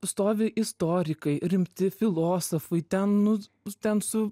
stovi istorikai rimti filosofai ten nu ten su